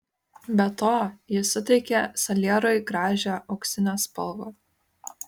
be to ji suteikia salierui gražią auksinę spalvą